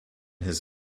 his